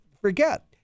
forget